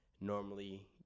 normally –